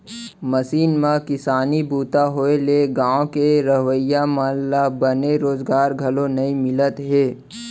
machine म किसानी बूता होए ले गॉंव के रहवइया मन ल बने रोजगार घलौ नइ मिलत हे